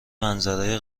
منظره